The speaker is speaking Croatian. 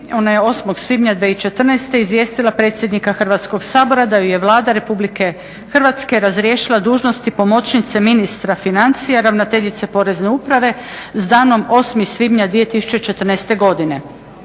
Ona je 08. svibnja 2014. izvijestila predsjednica Hrvatskog sabora da ju je Vlada Republike Hrvatske razriješila dužnosti pomoćnice ministra financija, ravnateljice porezne uprave s danom 08. svibnja 2014. godine.